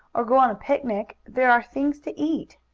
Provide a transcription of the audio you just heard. or go on a picnic, there are things to eat.